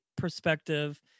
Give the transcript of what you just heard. perspective